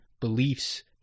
beliefs